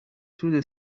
through